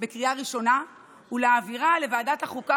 בקריאה ראשונה ולהעבירה לוועדת החוקה,